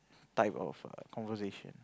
type of conversation